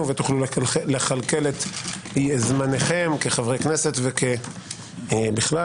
ותוכלו לכלכל את זמנם כחברי כנסת ובכלל,